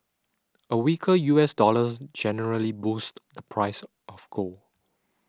a weaker U S dollar generally boosts the price of gold